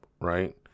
right